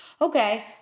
okay